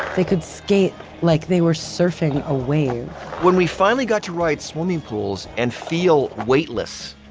they could skate like they were surfing a wave when we finally got to ride swimming pools and feel weightless,